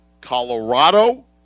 Colorado